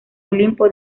olimpo